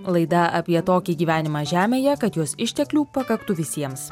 laida apie tokį gyvenimą žemėje kad jos išteklių pakaktų visiems